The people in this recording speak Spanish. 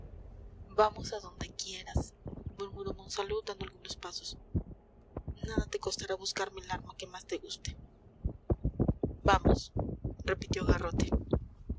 vamos a donde quieras murmuró monsalud dando algunos pasos nada te costará buscarme el arma que más te guste vamos repitió garrote